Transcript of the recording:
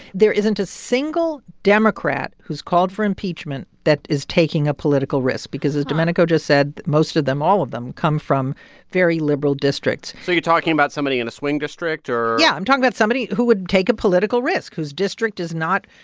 there isn't a single democrat who's called for impeachment that is taking a political risk because, as domenico just said, most of them all of them come from very liberal districts so you're talking about somebody in a swing district or. yeah. i'm about somebody who would take a political risk, whose district is not,